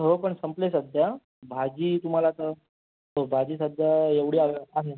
हो पण संपली आहे सध्या भाजी तुम्हाला आता हो भाजी सध्या एवढी ॲव आहे